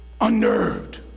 Unnerved